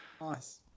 Nice